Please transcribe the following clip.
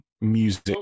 music